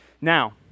Now